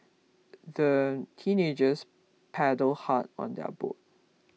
the teenagers paddled hard on their boat